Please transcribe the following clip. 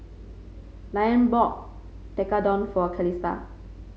Liane bought Tekkadon for Calista